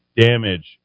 damage